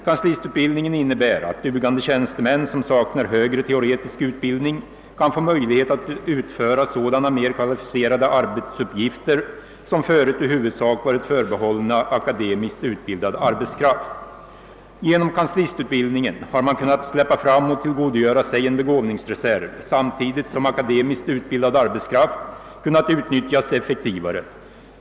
Kanslistutbildningen innebär att dugande tjänstemän som saknar högre teoretisk utbildning kan få möjlighet att utföra sådana mer kvalificerade uppgifter som förut i huvudsak varit förbehållna akademiskt utbildad arbetskraft. Genom kanslistutbildningen har man kunnat släppa fram och tillgodogöra sig en begåvningsreserv, samtidigt som akademiskt utbildad arbetskraft kunnat utnyttjas effektivare.